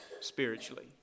spiritually